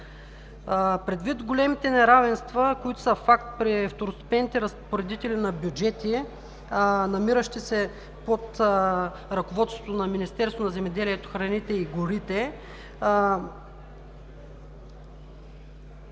Предвид големите неравенства, които са факт при второстепенните разпоредители на бюджети, намиращи се под ръководството на Министерството на земеделието, храните и горите,